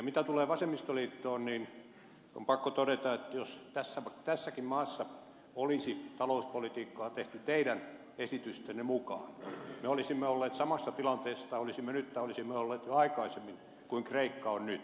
mitä tulee vasemmistoliittoon niin on pakko todeta että jos tässäkin maassa olisi talouspolitiikkaa tehty teidän esitystenne mukaan olisimme olleet samasta tilanteesta olisimme me olisimme olleet jo aikaisemmin samassa tilanteessa kuin missä kreikka on nyt